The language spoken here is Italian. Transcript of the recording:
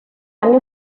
anni